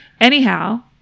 Anyhow